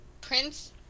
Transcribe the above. Prince